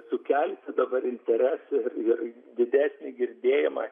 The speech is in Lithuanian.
sukelti dabar interesą ir ir didesnį girdėjimą